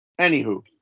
Anywho